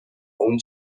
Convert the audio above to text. اون